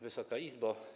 Wysoka Izbo!